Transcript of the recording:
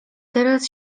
teraz